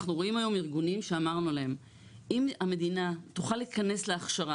אנחנו רואים היום ארגונים שאמרנו להם 'אם המדינה תוכל לכנס להכשרה,